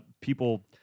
people